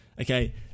Okay